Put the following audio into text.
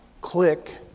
click